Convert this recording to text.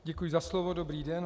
Děkuji za slovo, dobrý den.